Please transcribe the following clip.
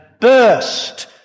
burst